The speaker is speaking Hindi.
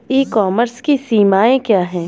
ई कॉमर्स की सीमाएं क्या हैं?